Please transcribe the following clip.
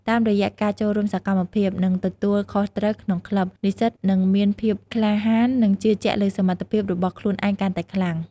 តាមរយៈការចូលរួមសកម្មភាព និងទទួលខុសត្រូវក្នុងក្លឹប និស្សិតនឹងមានភាពក្លាហាន និងជឿជាក់លើសមត្ថភាពរបស់ខ្លួនឯងកាន់តែខ្លាំង។